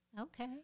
Okay